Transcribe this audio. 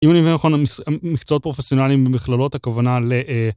אם אני מבין נכון, מקצעות פרופסיונליים במכללות הכוונה לאההההההההההה